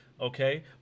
Okay